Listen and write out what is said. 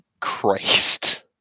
Christ